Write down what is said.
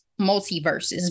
multiverses